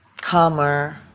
calmer